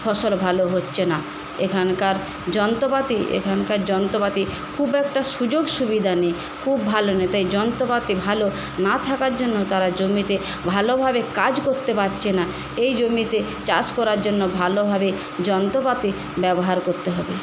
ফসল ভালো হচ্ছে না এখানকার যন্ত্রপাতি এখানকার যন্ত্রপাতি খুব একটা সুযোগ সুবিধা নেই খুব ভাল নয় তাই যন্ত্রপাতি ভালো না থাকার জন্য তারা জমিতে ভালোভাবে কাজ করতে পারছে না এই জমিতে চাষ করার জন্য ভালোভাবে যন্ত্রপাতি ব্যবহার করতে হবে